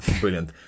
brilliant